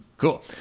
Cool